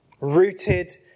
rooted